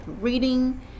reading